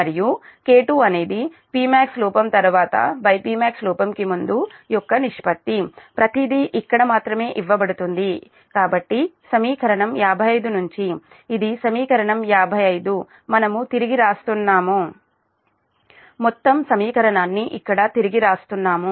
మరియు K2 అనేది Pmax లోపం తర్వాతPmax లోపం కి ముందు యొక్క నిష్పత్తి ప్రతిదీ ఇక్కడ మాత్రమే ఇవ్వబడుతుంది కాబట్టి సమీకరణం 55 నుంచి ఇది సమీకరణం 55 మనము తిరిగి వ్రాస్తున్నాము మొత్తం సమీకరణాన్ని ఇక్కడ తిరిగి వ్రాస్తున్నాము